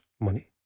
money